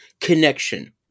connection